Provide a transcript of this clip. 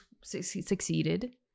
succeeded